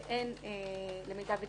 שאין, למיטב ידיעתנו,